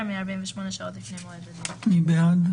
מ־ 48 שעות לפני מועד הדיון;" מי בעד?